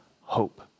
hope